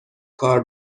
کار